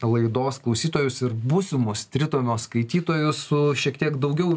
laidos klausytojus ir būsimus tritomio skaitytojus su šiek tiek daugiau